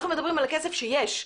אנחנו מדברים על כסף שיש,